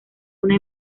una